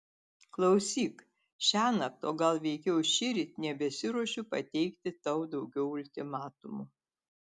klausyk šiąnakt o gal veikiau šįryt nebesiruošiu pateikti tau daugiau ultimatumų